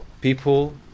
people